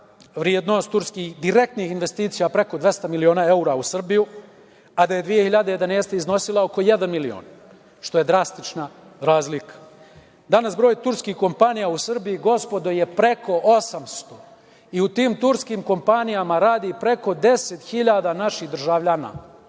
vrednost turskih direktnih investicija preko 200 miliona evra u Srbiju, a da je 2011. iznosila oko jedan milion, što je drastična razlika. Danas broj turskih kompanija u Srbiji, gospodo, je preko 800 i u tim turskim kompanijama radi preko 10.000 naših državljana,